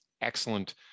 excellent